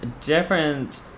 different